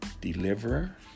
deliverer